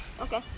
Okay